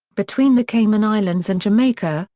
between the cayman islands and jamaica,